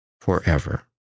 forever